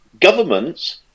Governments